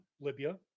Libya